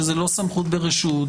שזאת לא סמכות ברשות,